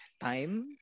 time